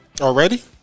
Already